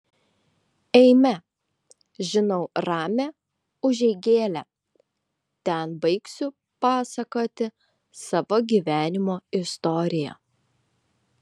eime žinau ramią užeigėlę ten baigsiu pasakoti savo gyvenimo istoriją